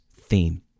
theme